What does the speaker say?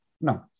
no